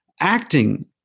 acting